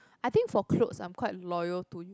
I think for clothes I'm quite loyal too